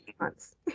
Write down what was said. months